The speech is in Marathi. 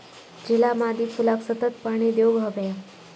झिला मादी फुलाक सतत पाणी देवक हव्या